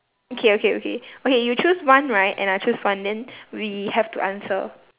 okay okay okay okay you choose one right and I choose one then we have to answer